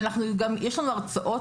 יש לנו גם הרצאות